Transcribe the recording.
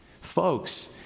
Folks